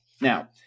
Now